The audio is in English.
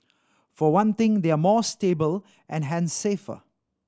for one thing they are more stable and hence safer